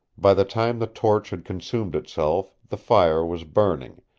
by the time the torch had consumed itself the fire was burning,